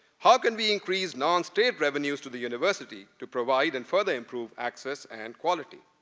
how can we increase non-stable revenues to the university to provide and further improve access and quality?